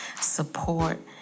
support